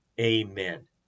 Amen